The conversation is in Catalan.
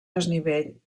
desnivell